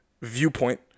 viewpoint